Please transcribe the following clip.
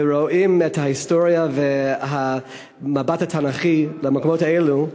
ורואים את ההיסטוריה והמבט התנ"כי במקומות האלה,